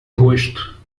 rosto